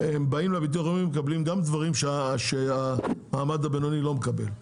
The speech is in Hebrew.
הם מקבלים בביטוח לאומי דברים שהמעמד הבינוני לא מקבל.